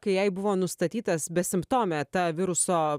kai jai buvo nustatytas besimptomė ta viruso